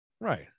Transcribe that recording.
right